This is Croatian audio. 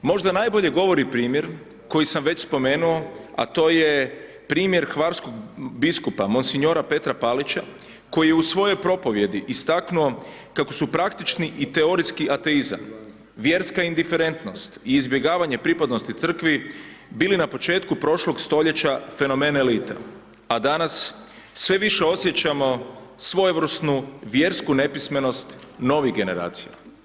Možda najbolje govori primjer koji sam već spomenuo a to ej primjer hvarskog biskupa mons. Petra Palića koji je u svojoj propovijedi istaknuo kako su praktični i teorijski ateizam, vjerska indiferentnost i izbjegavanje pripadnosti Crkvi bili na početku prošlog stoljeća fenomen elite a danas sve više osjećamo svojevrsnu vjersku nepismenost novih generacija.